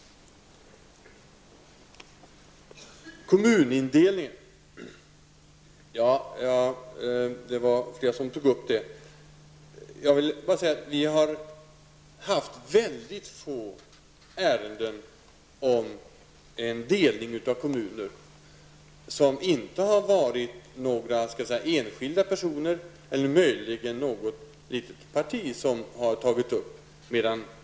Flera har tagit upp frågan om kommunindelningen. Regeringen har haft få ärenden om en delning av kommuner som har berott på enskilda personers eller något mindre partis initiativ.